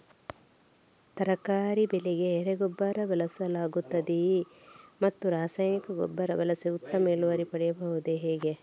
ತರಕಾರಿ ಬೆಳೆಗೆ ಎರೆಹುಳ ಗೊಬ್ಬರ ಬಳಸಲಾಗುತ್ತದೆಯೇ ಮತ್ತು ರಾಸಾಯನಿಕ ಗೊಬ್ಬರ ಬಳಸದೆ ಉತ್ತಮ ಇಳುವರಿ ಪಡೆಯುವುದು ಹೇಗೆ?